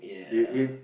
it it